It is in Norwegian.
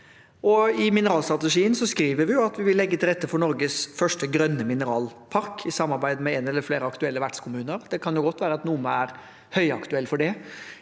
I mineralstrategien skriver vi at vi vil legge til rette for Norges første grønne mineralpark i samarbeid med en eller flere aktuelle vertskommuner. Det kan godt være at Nome er høyaktuell for det.